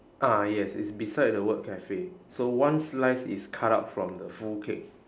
ah yes it's beside the word cafe so one slice is cut out from the full cake